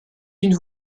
une